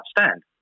stand